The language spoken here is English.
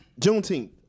Juneteenth